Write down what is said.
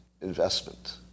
investment